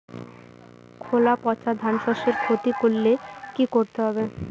খোলা পচা ধানশস্যের ক্ষতি করলে কি করতে হবে?